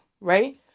right